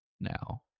now